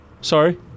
Sorry